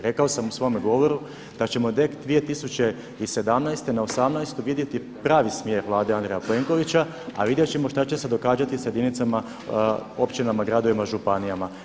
Rekao sam u svome govoru da ćemo tek 2017. na osamnaestu vidjeti pravi smjer Vlade Andreja Plenkovića, a vidjet ćemo šta će se događati sa jedinicama, općinama, gradovima, županijama.